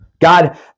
God